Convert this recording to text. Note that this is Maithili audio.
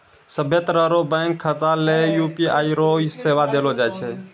सभ्भे तरह रो बैंक खाता ले यू.पी.आई रो सेवा देलो जाय छै